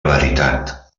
veritat